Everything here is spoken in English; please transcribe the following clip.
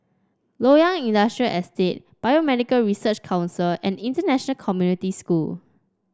Loyang Industrial Estate Biomedical Research Council and International Community School